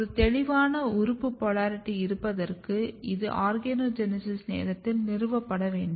ஒரு தெளிவான உறுப்பு போலாரிட்டி இருப்பதற்கு இது ஆர்கனோஜெனீசிஸ் நேரத்தில் நிறுவப்பட வேண்டும்